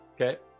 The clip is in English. Okay